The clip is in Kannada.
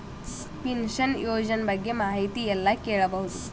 ಪಿನಶನ ಯೋಜನ ಬಗ್ಗೆ ಮಾಹಿತಿ ಎಲ್ಲ ಕೇಳಬಹುದು?